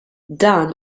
dan